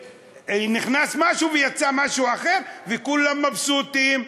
ונכנס משהו, ויצא משהו אחר, וכולם מבסוטים.